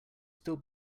still